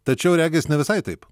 tačiau regis ne visai taip